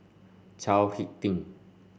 Chao Hick Tin